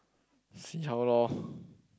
see how lor